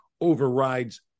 overrides